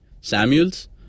Samuels